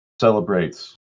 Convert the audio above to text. Celebrates